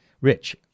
rich